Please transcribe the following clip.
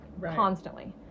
constantly